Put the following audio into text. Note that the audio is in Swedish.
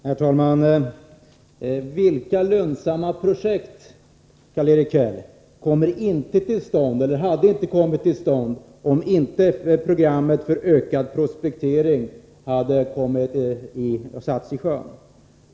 Herr talman! Vilka lönsamma projekt, Karl-Erik Häll, skulle inte ha kommit till stånd, om inte programmet för ökad prospektering hade satts i sjön?